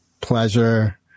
pleasure